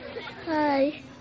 Hi